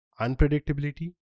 Unpredictability